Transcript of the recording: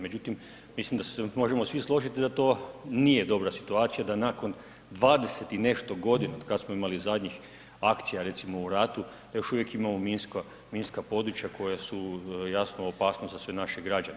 Međutim mislim da se možemo svi složiti da to nije dobra situacija da nakon 20 i nešto godina otkada smo imali zadnjih akcija recimo u ratu da još uvijek imamo minska područja koja su jasno opasnost za sve naše građane.